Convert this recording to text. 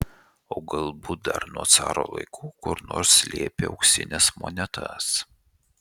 o galbūt dar nuo caro laikų kur nors slėpė auksines monetas